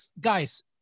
guys